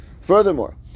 Furthermore